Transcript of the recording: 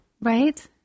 Right